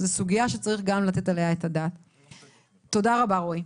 תודה לרועי.